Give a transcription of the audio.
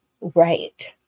right